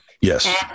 Yes